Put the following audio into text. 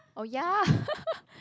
oh ya